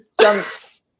jumps